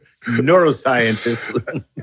neuroscientist